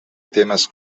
temes